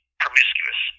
promiscuous